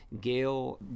Gail-